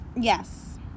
Yes